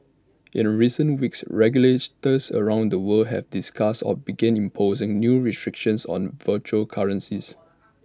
in recent weeks regulators around the world have discussed or begun imposing new restrictions on virtual currencies